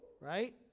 right